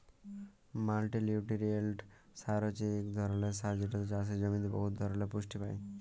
মাল্টিলিউটিরিয়েল্ট সার হছে ইক ধরলের সার যেটতে চাষের জমিতে বহুত ধরলের পুষ্টি পায়